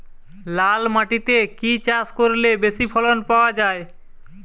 লাল মাটিতে কি কি চাষ করলে বেশি ফলন পাওয়া যায়?